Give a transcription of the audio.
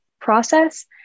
process